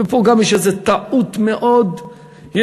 ופה יש גם איזה טעות מאוד יסודית.